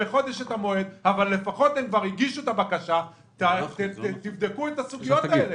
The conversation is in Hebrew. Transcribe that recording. בחודש את המועד אבל לפחות הם הגישו את הבקשה אז תבדקו את הסוגיות האלה.